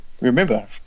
Remember